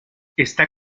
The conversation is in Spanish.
está